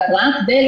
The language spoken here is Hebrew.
את צריכה